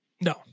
No